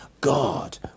God